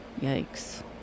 Yikes